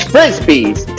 Frisbees